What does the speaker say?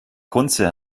kunze